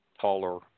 taller